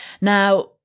Now